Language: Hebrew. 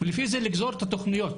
ולפי זה לגזור את התוכניות,